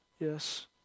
Yes